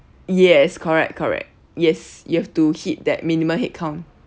yes correct correct yes you have to hit that minimal headcount